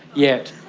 yet.